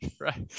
Right